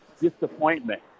disappointment